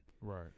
Right